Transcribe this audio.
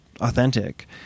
authentic